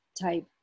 type